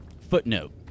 footnote